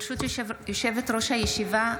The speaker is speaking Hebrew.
ברשות יושבת-ראש הישיבה,